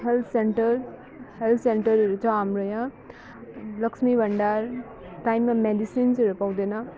health centre health सेन्टरहरू छ हाम्रो यहाँ लक्ष्मी भण्डार टाइममा मेडिसिन्सहरू पाउँदैन